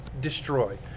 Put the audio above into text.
destroy